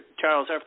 Charles